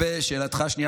לשאלתך השנייה,